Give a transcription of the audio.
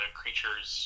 creatures